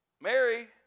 Mary